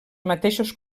mateixos